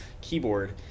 keyboard